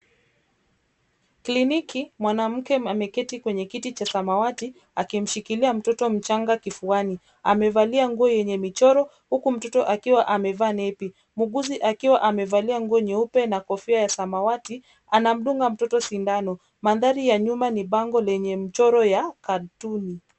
Kliniki, mwanamke ameketi chenye kiti cha samawati, akimshikilia mtoto mchanga kifuani. Amevalia nguo yenye michoro, huku mtoto akiwa amevaa nepi. Muuguzi akiwa amevalia nguo nyeupe, na kofia ya samawati, anamdunga mtoto sindano. Mandhari ya nyuma ni bango lenye mchoro ya katuni.